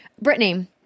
Brittany